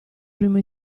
primo